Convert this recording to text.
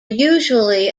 usually